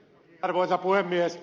arvoisa puhemies